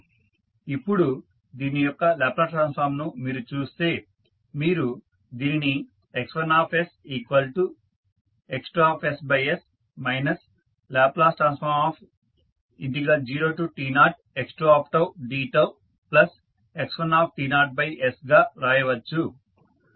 ఇప్పుడు దీని యొక్క లాప్లేస్ ట్రాన్స్ఫార్మ్ ను మీరు చూస్తే మీరు దీనిని X1sX2s L0t0x2dτx1t0s గా వ్రాయవచ్చు